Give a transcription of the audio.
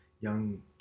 young